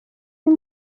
این